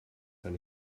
eine